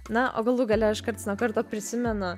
na o galų gale aš karts nuo karto prisimenu